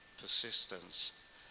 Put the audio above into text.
persistence